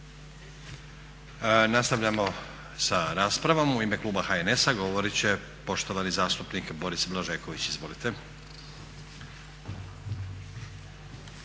Nastavljamo sa raspravom. U ime kluba HNS-a govoriti će poštovani zastupnik Boris Blažeković. Izvolite.